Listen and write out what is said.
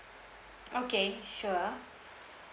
okay sure